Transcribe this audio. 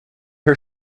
her